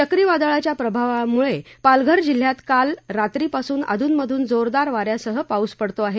चक्रीवादळाच्या प्रभावामुळे पालघर जिल्ह्यात काल जिल्ह्यात रात्री पासून अधूनमधून जोरदार वाऱ्यासह पाऊस पडतो आहे